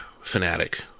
fanatic